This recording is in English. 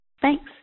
Thanks